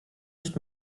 nicht